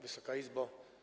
Wysoka Izbo!